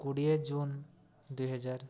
କୋଡ଼ିଏ ଜୁନ୍ ଦୁଇ ହଜାର